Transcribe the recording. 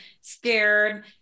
scared